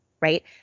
right